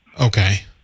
Okay